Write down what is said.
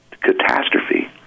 catastrophe